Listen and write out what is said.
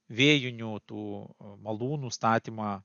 vėjinių tų malūnų statymą